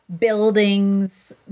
buildings